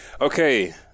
Okay